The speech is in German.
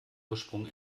ursprung